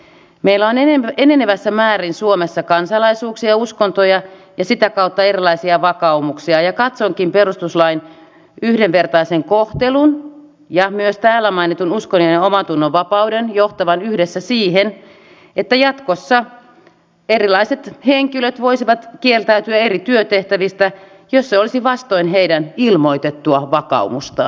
meillä on enenevässä määrin suomessa kansalaisuuksia ja uskontoja ja sitä kautta erilaisia vakaumuksia ja katsonkin perustuslain yhdenvertaisen kohtelun ja myös täällä mainitun uskonnon ja omantunnonvapauden johtavan yhdessä siihen että jatkossa erilaiset henkilöt voisivat kieltäytyä eri työtehtävistä jos se olisi vastoin heidän ilmoitettua vakaumustaan